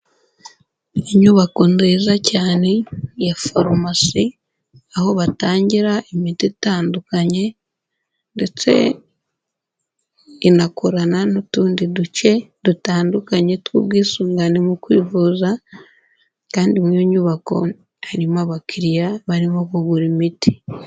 Inyubako nziza cyane ya farumasi aho batangira imiti itandukanye ndetse inakorana n'utundi duce dutandukanye tw'ubwisungane mu kwivuza, kandi mu nyubako harimo abakiriya barimo kugura imiti.